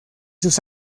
sus